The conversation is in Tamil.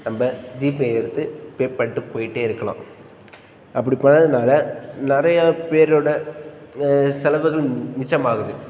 நம்ம ஜிபே எடுத்து பே பண்ணிட்டு போய்கிட்டே இருக்கலாம் அப்படி பண்ணதுனால் நிறையா பேரோடய செலவுகள் மிச்சமாகுது